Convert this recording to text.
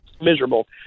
miserable